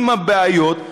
עם הבעיות,